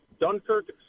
Dunkirk